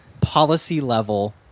policy-level